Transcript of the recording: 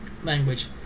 Language